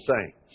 saints